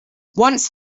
once